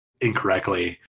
incorrectly